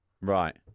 Right